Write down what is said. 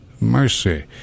Mercy